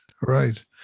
right